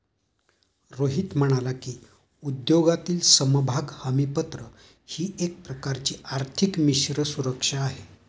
रोहित म्हणाला की, उद्योगातील समभाग हमीपत्र ही एक प्रकारची आर्थिक मिश्र सुरक्षा आहे